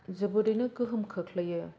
जोबोदैनो गोहोम खोख्लैयो